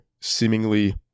seemingly